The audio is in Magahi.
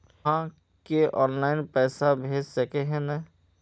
आहाँ के ऑनलाइन पैसा भेज सके है नय?